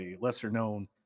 lesser-known